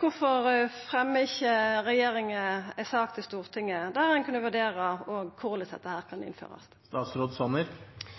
Kvifor legg ikkje regjeringa fram ei sak for Stortinget der ein òg kunne vurdera korleis dette kan innførast? Det